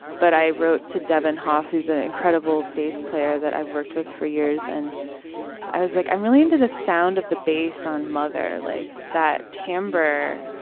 but i wrote to devin hoff, who's an incredible bass player that i've worked with for years. and i was like, i'm really into the sound of the bass on mother like that. tambor